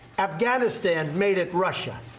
afghanistan made it russia.